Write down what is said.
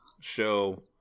show